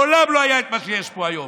מעולם לא היה את מה שיש פה היום,